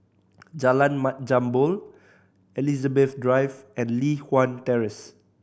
Jalan Mat Jambol Elizabeth Drive and Li Hwan Terrace